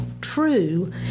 true